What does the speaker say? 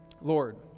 Lord